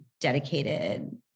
dedicated